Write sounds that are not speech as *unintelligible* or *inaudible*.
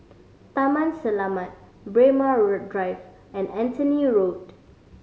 Taman Selamat Braemar *unintelligible* Drive and Anthony Road